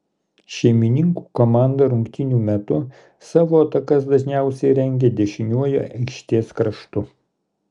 šeimininkų komanda rungtynių metu savo atakas dažniausiai rengė dešiniuoju aikštės kraštu